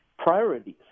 priorities